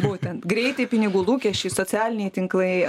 būtent greitai pinigų lūkesčiai socialiniai tinklai